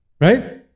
Right